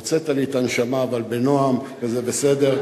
הוצאת לי את הנשמה, אבל בנועם, וזה בסדר.